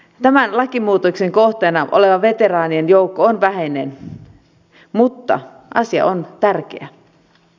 tämän lakimuutoksen kohteena oleva veteraanien joukko on vähäinen mutta asia on tärkeä